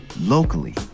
locally